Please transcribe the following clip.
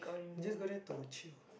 just go there to chill